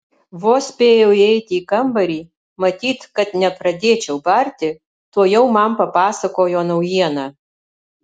vos spėjau įeiti į kambarį matyt kad nepradėčiau barti tuojau man papasakojo naujieną